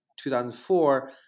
2004